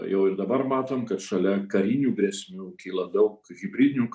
jau ir dabar matom kad šalia karinių grėsmių kyla daug hibridinių